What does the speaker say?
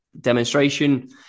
demonstration